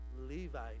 Levi